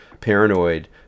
paranoid